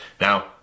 Now